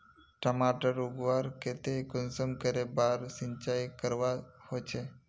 टमाटर उगवार केते कुंसम करे बार सिंचाई करवा होचए?